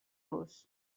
los